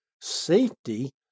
safety